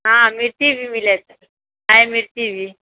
हँ मिर्ची भी मिलै छै छै मिर्ची भी